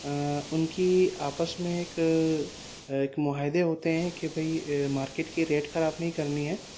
ان کی آپس میں ایک ایک معاہدے ہوتے ہیں کہ بھئی مارکیٹ کی ریٹ خراب نہیں کرنی ہے